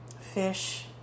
fish